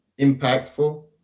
impactful